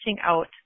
out